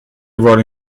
vuole